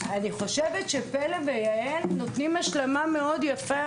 אני חושבת שפל"א ויע"ל נותנות השלמה מאוד יפה